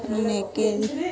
মানে একে